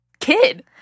kid